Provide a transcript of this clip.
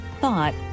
thought